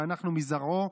שאנחנו מזרעו: